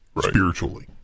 spiritually